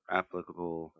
applicable